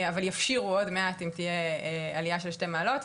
אבל יפשירו עוד מעט אם תהיה עליה של שתי מעלות,